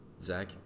Zach